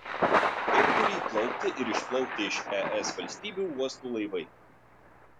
kaip turi įplaukti ir išplaukti iš es valstybių uostų laivai